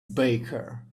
baker